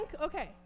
Okay